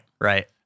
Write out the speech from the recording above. Right